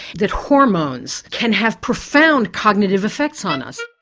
that hormones can have profound cognitive effects on us.